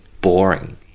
boring